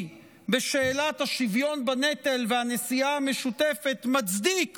בשאלת השוויון בנטל והנשיאה המשותפת מצדיק